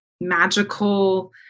magical